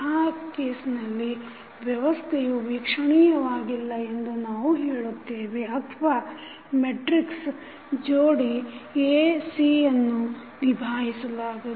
ಆ ಕೇಸ್ನಲ್ಲಿ ವ್ಯವಸ್ಥೆಯು ವೀಕ್ಷಣೀಯವಾಗಿಲ್ಲ ಎಂದು ನಾವು ಹೇಳುತ್ತೇವೆ ಅಥವಾ ಮೆಟ್ರಿಕ್ಸ್ ಜೋಡಿ A C ಯನ್ನು ನಿಭಾಯಿಸಲಾಗದು